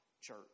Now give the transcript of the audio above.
church